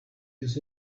this